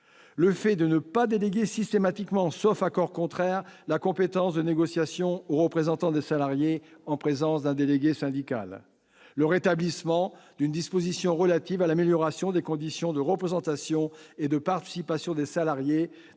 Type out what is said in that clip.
le fait de ne pas déléguer systématiquement, sauf accord contraire, la compétence de négociation aux représentants des salariés en présence d'un délégué syndical ; le rétablissement d'une disposition relative à l'amélioration des conditions de représentation et de participation des salariés